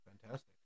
fantastic